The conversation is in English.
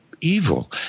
evil